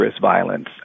violence